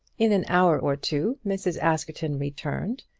in an hour or two mrs. askerton returned,